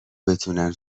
بتونن